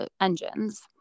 engines